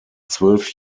zwölf